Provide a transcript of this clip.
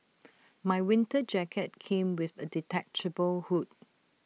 my winter jacket came with A detachable hood